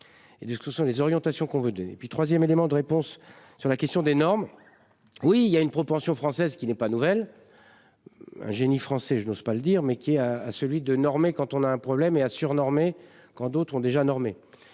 ce que sont les orientations qu'on veut donner et puis 3ème, élément de réponse sur la question des normes. Oui il y a une propension française qui n'est pas nouvelle. Un génie français. Je n'ose pas le dire mais qui est à, à celui de normer quand on a un problème et assure. Quand d'autres ont déjà.